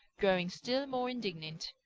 growing still more indignant.